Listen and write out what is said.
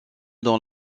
dans